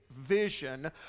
vision